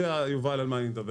יודע יובל על מה אני מדבר.